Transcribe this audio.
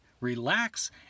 relax